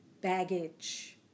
Baggage